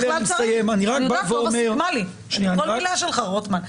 אני יודעת, טובה סיכמה לי כל מילה שלך, רוטמן.